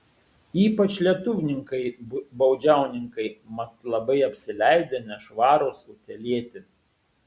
ypač lietuvninkai baudžiauninkai mat labai apsileidę nešvarūs utėlėti